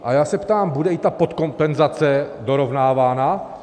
A já se ptám, bude i ta podkompenzace dorovnávána?